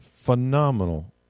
phenomenal